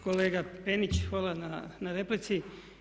Kolega Penić hvala na replici.